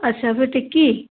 अच्छा फिर टिक्की